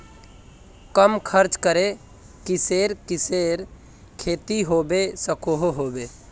कम खर्च करे किसेर किसेर खेती होबे सकोहो होबे?